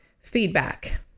feedback